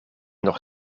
nog